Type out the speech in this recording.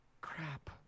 Crap